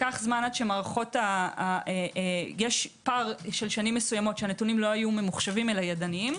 לקח זמן עד שמערכות - יש פער של שנים שהנתונים היו ממוחשבים אלא ידניים.